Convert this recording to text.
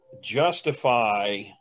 justify